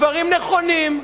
דברים נכונים.